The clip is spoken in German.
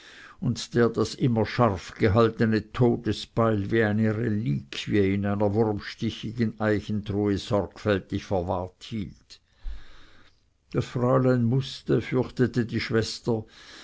und der das immer scharf gehaltene todesbeil wie eine reliquie in einer wurmstichigen eichentruhe sorgfältig verwahrt hielt das fräulein mußte fürchtete die schwester